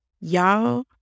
Y'all